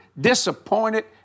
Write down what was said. disappointed